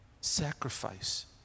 Sacrifice